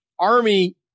Army